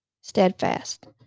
steadfast